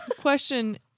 question